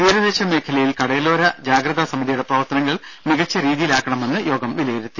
തീരദേശ മേഖലയിൽ കടലോര ജാഗ്രതാ സമിതിയുടെ പ്രവർത്തനങ്ങൾ മികച്ച രീതിയിലാക്കണമെന്ന് യോഗം വിലയിരുത്തി